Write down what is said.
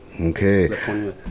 Okay